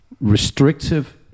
restrictive